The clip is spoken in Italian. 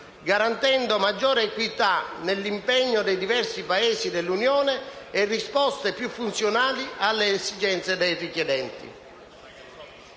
garantendo maggiore equità nell'impegno dei diversi Paesi dell'Unione e risposte più funzionali alle esigenze dei richiedenti.